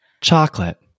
chocolate